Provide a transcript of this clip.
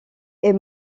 est